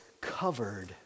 covered